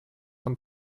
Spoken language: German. von